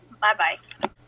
Bye-bye